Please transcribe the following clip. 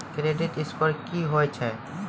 Credit score की होय छै?